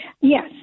Yes